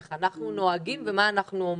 איך אנחנו נוהגים ומה אנחנו אומרים.